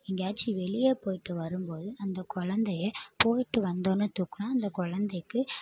எங்கேயாச்சும் வெளியே போய்விட்டு வரும்போது அந்த குழந்தைய போய்விட்டு வந்தோவுன்னே தூக்கினா அந்த குழந்தைக்கு